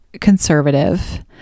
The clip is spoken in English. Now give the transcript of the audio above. conservative